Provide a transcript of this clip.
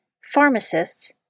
pharmacists